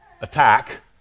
attack